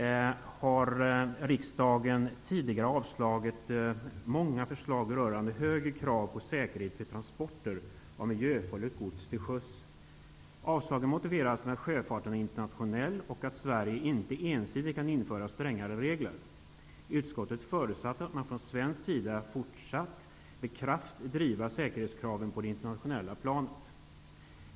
Riksdagen har tidigare avslagit många förslag om högre krav på säkerhet i transporter av miljöfarligt gods till sjöss. Avslagen har motiverats med att sjöfarten är internationell och med att Sverige inte ensidigt kan införa strängare regler. Utskottet förutsätter att man från svensk sida fortsatt med kraft skall driva säkerhetskraven på det internationella planet.